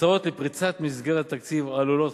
הצעות לפריצת מסגרת תקציב עלולות,